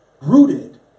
Rooted